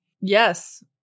Yes